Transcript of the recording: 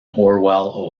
orwell